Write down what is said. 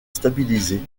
stabilisé